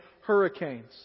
hurricanes